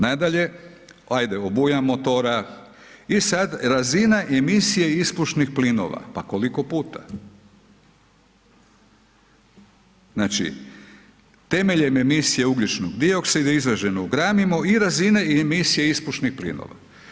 Nadalje, ajde obujam motora i sad razina emisije ispušnih plinova, pa koliko puta, znači temeljem emisije ugljičnog dioksida izražene u gramima i razine emisije ispušnih plinova.